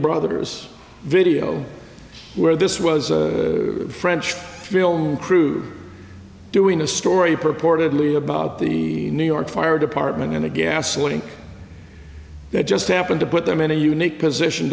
brothers video where this was a french film crew doing a story purportedly about the new york fire department and a gasoline that just happened to put them in a unique position